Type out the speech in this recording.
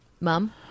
Mom